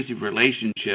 relationship